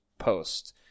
post